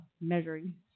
measuring